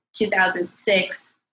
2006